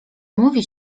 mówi